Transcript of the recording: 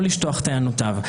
יכול לשטוח טענותיו.